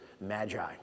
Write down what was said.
magi